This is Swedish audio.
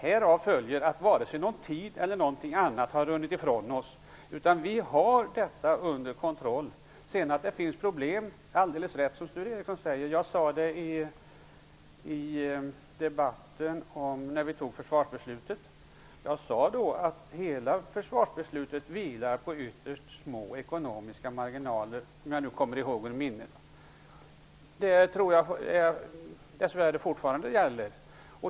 Härav följer att varken tid eller någonting annat har runnit ifrån oss, utan vi har frågan under kontroll. Det är alldeles rätt att det finns problem. Jag sade det också när vi fattade försvarsbeslutet. Jag sade att försvarsbeslutet vilar på ytterst små ekonomiska marginaler. Det tror jag dess värre fortfarande gäller.